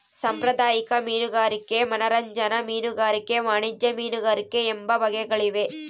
ಸಾಂಪ್ರದಾಯಿಕ ಮೀನುಗಾರಿಕೆ ಮನರಂಜನಾ ಮೀನುಗಾರಿಕೆ ವಾಣಿಜ್ಯ ಮೀನುಗಾರಿಕೆ ಎಂಬ ಬಗೆಗಳಿವೆ